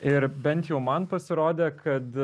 ir bent jau man pasirodė kad